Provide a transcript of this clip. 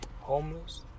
Homeless